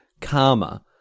karma